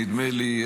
נדמה לי,